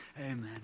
Amen